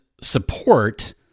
support